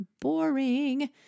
boring